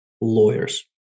lawyers